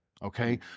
Okay